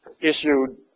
issued